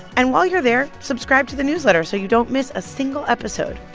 and while you're there, subscribe to the newsletter so you don't miss a single episode.